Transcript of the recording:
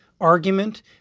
argument